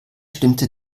stimmte